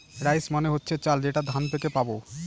rice মানে হচ্ছে চাল যেটা ধান থেকে পাবো